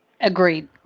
Agreed